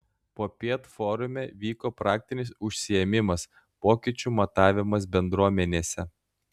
popiet forume vyko praktinis užsiėmimas pokyčių matavimas bendruomenėse